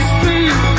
Street